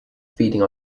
feeding